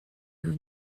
you